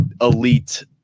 elite